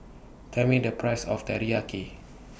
Tell Me The Price of Teriyaki